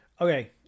Okay